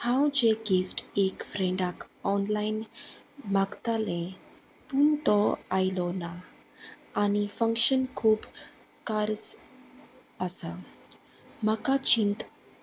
हांव जें गिफ्ट एक फ्रेंडाक ऑनलायन मागतालें पूण तो आयलो ना आनी फंक्शन खूब खर्च आसा म्हाका चिंत